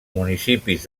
municipis